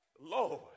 Lord